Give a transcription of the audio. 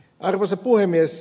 arvoisa puhemies